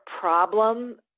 problem